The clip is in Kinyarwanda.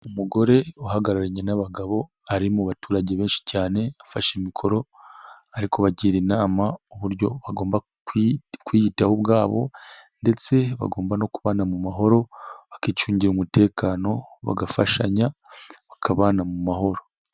Umugore uhagararanye n'abagabo, ari mu baturage benshi cyane, afashe mikoro ari kubagira inama, uburyo bagomba kwiyitaho ubwabo ndetse bagomba no kubana mu mahoro, bakicungira umutekano, bagafashanya, bakabana mu mahoro.